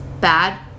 bad